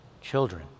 Children